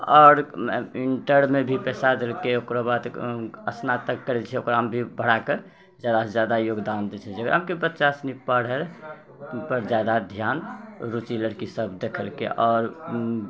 आओर इन्टरमे भी पइसा देलकै ओकरो बाद स्नातक करै छै ओकरामे भी बढ़ाके ज्यादासँ ज्यादा योगदान दै छै जकरासँ कि बच्चा सनि पढ़ै ओहिपर ज्यादा धियान रुचि लड़कीसब देखेलकै आओर